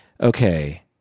okay